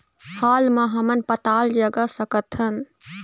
हाल मा हमन पताल जगा सकतहन?